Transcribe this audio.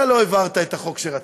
אתה לא העברת את החוק שרצית,